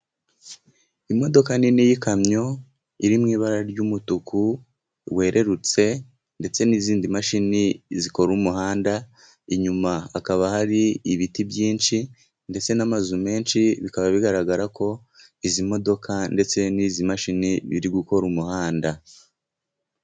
Imodoka nini y'ikamyo iri mu ibara ry'umutuku werurutse, ndetse n'izindi mashini zikora umuhanda, inyuma hakaba hari ibiti byinshi ndetse n'amazu menshi, bikaba bigaragara ko izi modoka ndetse n'izi mashini biri gukora umuhanda.